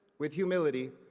with humility,